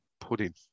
pudding